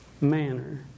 manner